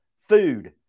Food